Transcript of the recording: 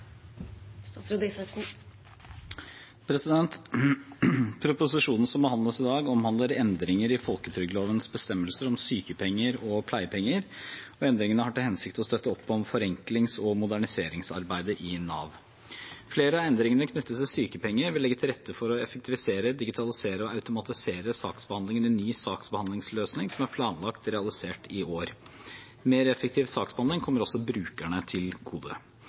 Proposisjonen som behandles i dag, omhandler endringer i folketrygdlovens bestemmelser om sykepenger og pleiepenger. Endringene har til hensikt å støtte opp om forenklings- og moderniseringsarbeidet i Nav. Flere av endringene knyttet til sykepenger vil legge til rette for å effektivisere, digitalisere og automatisere saksbehandlingen i ny saksbehandlingsløsning som er planlagt realisert i år. Mer effektiv saksbehandling kommer også brukerne til